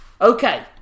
okay